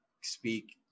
speak